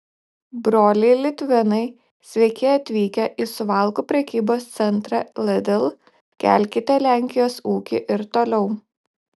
broliai litvinai sveiki atvykę į suvalkų prekybos centrą lidl kelkite lenkijos ūkį ir toliau